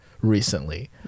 recently